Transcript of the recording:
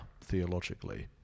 theologically